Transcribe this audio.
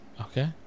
okay